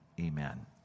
amen